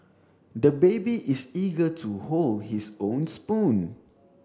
the baby is eager to hold his own spoon